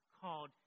called